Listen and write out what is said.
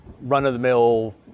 run-of-the-mill